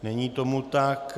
Není tomu tak.